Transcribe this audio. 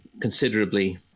considerably